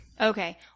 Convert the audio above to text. Okay